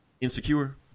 insecure